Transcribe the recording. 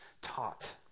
taught